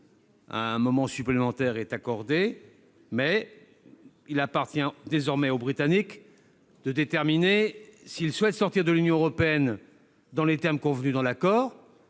Un délai supplémentaire est accordé. Mais il appartient désormais aux Britanniques de déterminer s'ils souhaitent sortir de l'Union européenne dans les termes convenus dans l'accord,